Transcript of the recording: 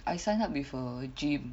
I sign up with a gym